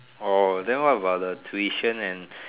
orh then what about the tuition and